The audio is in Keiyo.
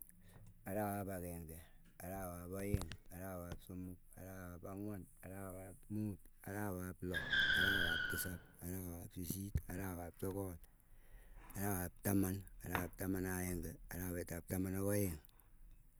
Arawap ageng'e, arawap aeng, arawap somok, arawap ang'wan, arawap muut, arawap loo, arawaap tisap, arawaap sisit, arawap sogol, arawap taman, arap taman ak aenge, arawet ap taman ak aeng.